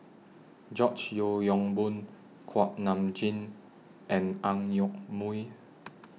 George Yeo Yong Boon Kuak Nam Jin and Ang Yoke Mooi